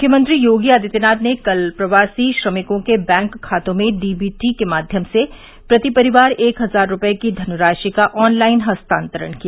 मुख्यमंत्री योगी आदित्यनाथ ने कल प्रवासी श्रमिकों के बैंक खातों में डीबीटी के माध्यम से प्रति परिवार एक हजार रूपए की धनराशि का ऑनलाइन हस्तांतरण किया